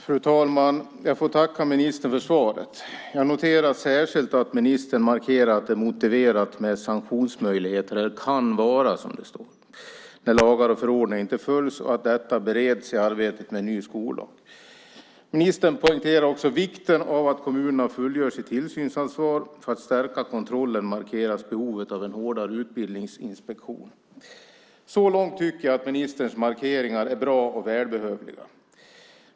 Fru talman! Jag får tacka ministern för svaret. Jag noterar särskilt att ministern markerar att det är motiverat med sanktionsmöjligheter, eller kan vara som det står, när lagar och förordningar inte följs och att detta bereds i arbetet med en ny skollag. Ministern poängterar också vikten av att kommunerna fullgör sitt tillsynsansvar. För att stärka kontrollen markeras behovet av en hårdare utbildningsinspektion. Så långt tycker jag att ministerns markeringar är bra och välbehövliga.